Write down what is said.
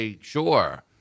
sure